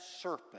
serpent